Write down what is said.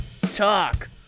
Talk